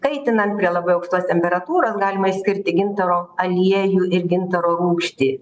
kaitinant prie labai aukštos temperatūros galima išskirti gintaro aliejų ir gintaro rūgštį